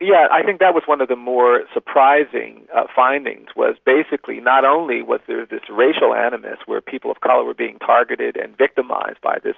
yeah i think that was one of the more surprising findings, was basically not only was there this racial animus where people of colour were being targeted and victimised by this